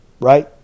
right